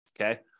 Okay